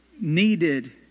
needed